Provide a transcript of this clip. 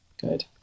good